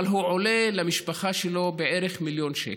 אבל הוא עולה למשפחה שלו בערך מיליון שקל.